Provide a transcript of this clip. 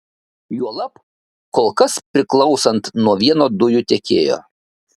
juolab kol kas priklausant nuo vieno dujų tiekėjo